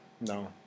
No